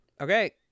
okay